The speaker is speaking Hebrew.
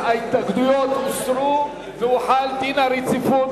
ההתנגדויות הוסרו והוחל דין הרציפות